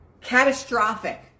catastrophic